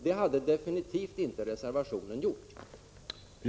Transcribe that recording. Det hade absolut inte en reservation från vår sida gjort.